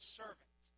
servant